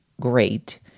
great